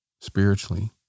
spiritually